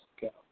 go